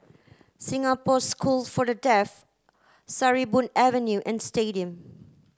Singapore School for the Deaf Sarimbun Avenue and Stadium